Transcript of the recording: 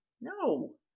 No